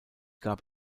gab